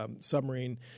submarine